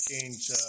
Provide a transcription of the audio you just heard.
change